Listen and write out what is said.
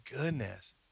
goodness